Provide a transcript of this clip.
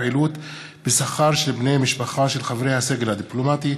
פעילות בשכר של בני משפחה של חברי הסגל הדיפלומטי,